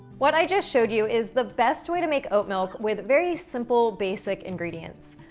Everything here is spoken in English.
what i just showed you is the best way to make oat milk with very simple, basic ingredients.